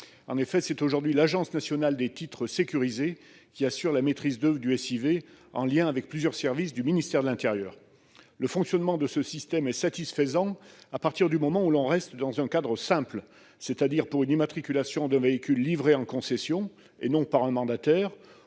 (SIV). C'est aujourd'hui l'Agence nationale des titres sécurisés (ANTS) qui assure la maîtrise d'oeuvre du SIV, en lien avec plusieurs services du ministère de l'intérieur. Le fonctionnement de ce système est satisfaisant dès lors que l'on reste dans un cadre simple, c'est-à-dire soit pour l'immatriculation d'un véhicule livré en concession et non par un mandataire,